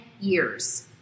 years